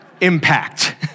Impact